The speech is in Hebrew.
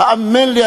האמן לי,